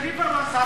ליברמן שר החוץ.